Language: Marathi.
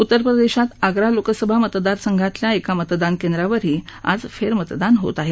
उत्तरप्रदेशात आग्रा लोकसभा मतदारसंघातल्याही एका मतदान केंद्रावर आज फेरमतदान होत आहे